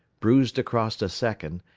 bruised across a second,